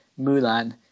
Mulan